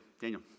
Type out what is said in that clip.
Daniel